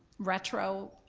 retro,